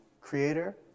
creator